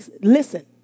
listen